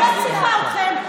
אני לא צריכה אתכם.